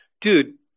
dude